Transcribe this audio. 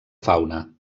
fauna